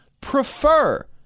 prefer